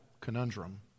conundrum